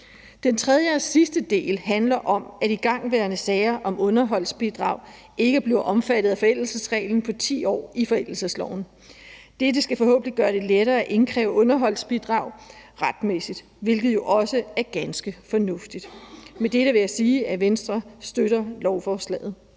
Den tredje og sidste del handler om, at igangværende sager om underholdsbidrag ikke er blevet omfattet af forældelsesreglen på 10 år i forældelsesloven. Dette skal forhåbentlig gøre det lettere at indkræve underholdsbidrag retmæssigt, hvilket jo også er ganske fornuftigt. Med dette vil jeg sige, at Venstre støtter lovforslaget.